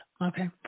Okay